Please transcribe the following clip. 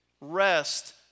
Rest